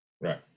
Right